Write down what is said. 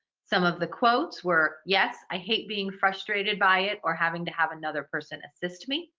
some of the quotes were, yes, i hate being frustrated by it or having to have another person assist me.